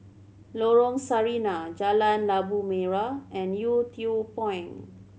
Lorong Sarina Jalan Labu Merah and Yew Tee Point